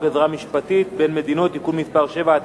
עזרה משפטית בין מדינות (תיקון מס' 7),